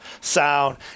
sound